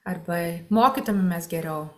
arba mokytumėmės geriau